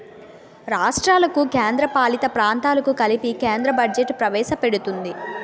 రాష్ట్రాలకు కేంద్రపాలిత ప్రాంతాలకు కలిపి కేంద్రం బడ్జెట్ ప్రవేశపెడుతుంది